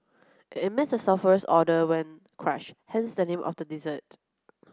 it emits a sulphurous odour when crushed hence the name of the dessert